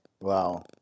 Wow